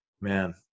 man